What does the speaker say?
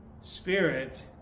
Spirit